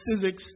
physics